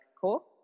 Cool